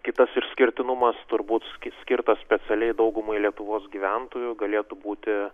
kitas išskirtinumas turbūt ski skirtos specialiai daugumai lietuvos gyventojų galėtų būti